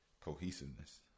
Cohesiveness